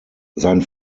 sein